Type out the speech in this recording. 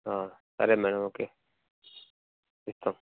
సరే madam okay ఇస్తాము